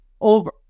over